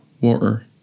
water